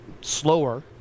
slower